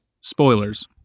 spoilers